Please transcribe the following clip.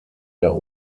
der